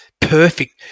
perfect